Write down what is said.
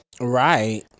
right